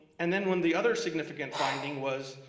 and then when the other significant finding was